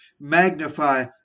magnify